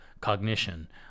cognition